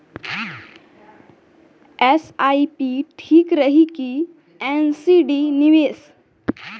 SIP ठीक रही कि एन.सी.डी निवेश?